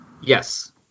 Yes